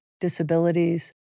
disabilities